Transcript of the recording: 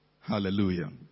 Hallelujah